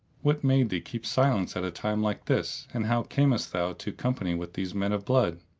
what made thee keep silence at a time like this and how camest thou to company with these men of blood?